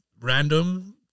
random